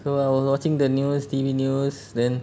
so I was watching the news T_V news then